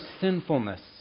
sinfulness